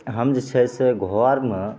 जे छै से घरमे